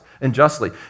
unjustly